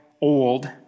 old